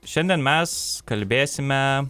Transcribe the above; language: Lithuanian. šiandien mes kalbėsime